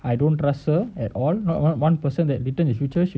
I don't trust her at all not one one person that later in future she